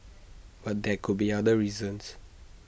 but there could be other reasons